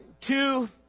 two